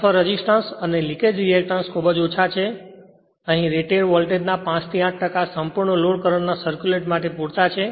transfer resistance અને leakage reactance ખૂબ ઓછા છે અહીં રેટેડ વોલ્ટેજના 5 થી 8 ટકા સંપૂર્ણ લોડ કરંટ ના સર્ક્યુલેટ માટે પૂરતા છે